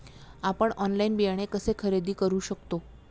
आपण ऑनलाइन बियाणे कसे खरेदी करू शकतो?